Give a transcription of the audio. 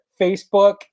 Facebook